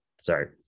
sorry